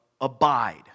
abide